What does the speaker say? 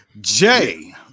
Jay